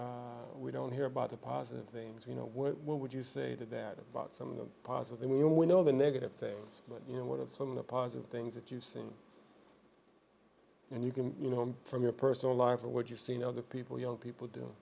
but we don't hear about the positive things you know what would you say to that about some of them possibly we know the negative things but you know what have some of the positive things that you've seen and you can you know from your personal life of what you've seen other people you know people do